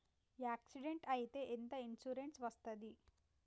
Accident అయితే ఎంత insurance వస్తది?